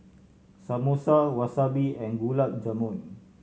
Samosa Wasabi and Gulab Jamun